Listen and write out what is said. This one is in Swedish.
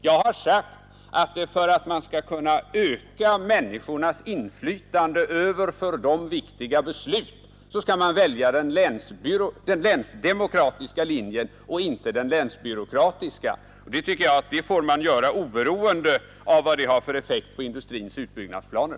Jag har sagt att man för att kunna öka människornas inflytande över för dem viktiga beslut bör välja den länsdemokratiska linjen och inte den länsbyråkratiska. Det tycker jag man får göra oberoende av vilken effekt det har på industrins utbyggnadsplaner.